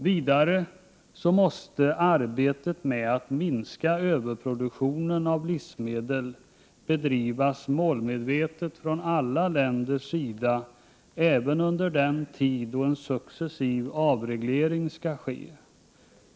För det andra måste arbetet med att minska överproduktionen av livsmedel bedrivas målmedvetet från alla länders sida, även under den tid då en successiv avreglering skall ske.